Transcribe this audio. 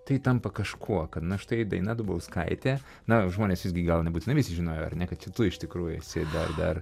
tai tampa kažkuo kad na štai daina dubauskaitė na žmonės visgi gal nebūtinai visi žinojo ar ne kad čia tu iš tikrųjų esi dar dar